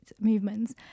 movements